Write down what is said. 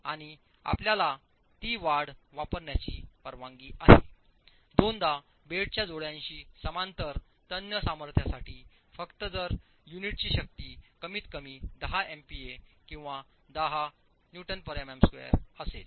आणि आपल्याला ती वाढ वापरण्याची परवानगी आहे दोनदा बेडच्या जोड्याशी समांतर तन्य सामर्थ्यासाठी फक्त जर युनिटची शक्ती कमीतकमी 10 एमपीए किंवा 10 एमपीए Nmm2 असेल